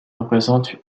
représente